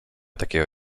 takiego